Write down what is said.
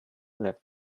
left